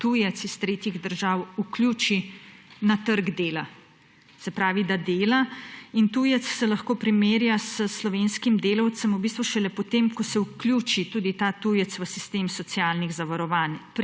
tujec iz tretjih držav vključi na trg dela, se pravi, da dela. Tujec se lahko primerja s slovenskim delavcem v bistvu šele potem, ko se ta tujec vključi tudi v sistem socialnih zavarovanj.